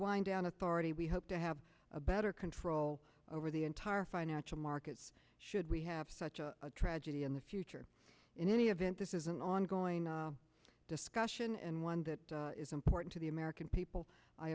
wind down authority we hope to have a better control all over the entire financial markets should we have such a tragedy in the future in any event this is an ongoing discussion and one that is important to the american people i